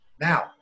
Now